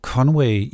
Conway